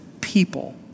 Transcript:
people